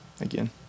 again